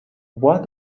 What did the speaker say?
what